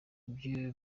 ibyo